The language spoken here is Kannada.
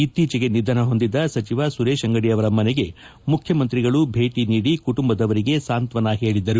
ಇತ್ತೀಚೆಗೆ ನಿಧನಹೊಂದಿದ ಸಚಿವ ಸುರೇಶ ಅಂಗದಿ ಅವರ ಮನೆಗೆ ಮುಖ್ಯಮಂತ್ರಿಗಳು ಭೇಟಿ ನೀಡಿ ಕುಟುಂಬದವರಿಗೆ ಸಾಂತ್ವನ ಹೇಳಿದರು